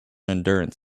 endurance